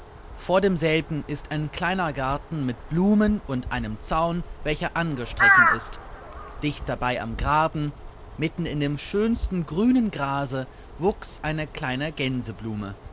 vor demselben ist ein kleiner garten mit blumen und einem zaun welcher angestrichen ist dicht dabei am graben mitten in dem schönsten grünen grase wuchs eine kleine